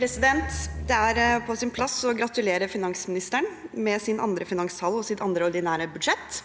Det er på sin plass å gratu- lere finansministeren med sin andre finanstale og sitt andre ordinære budsjett.